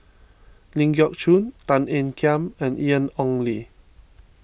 Ling Geok Choon Tan Ean Kiam and Ian Ong Li